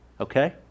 Okay